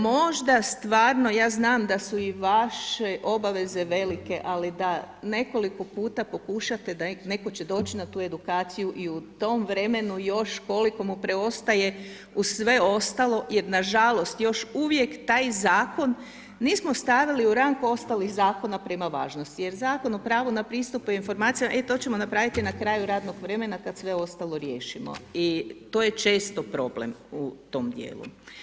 Možda stvarno, ja znam da su i vaše obaveze velike, ali da nekoliko puta pokušate, da netko će doći na tu edukaciju i u tom vremenu još koliko mu preostaje, uz sve ostalo, je nažalost, još uvijek taj zakon, nismo smo stavili u rang ostalih zakona prema važnosti, jer Zakon o pravu na pristupu informacija, e to ćemo napraviti na kraju radnog vremena kada sve ostalo riješimo i to je česti problem u tom dijelu.